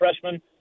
freshman